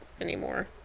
anymore